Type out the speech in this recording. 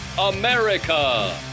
America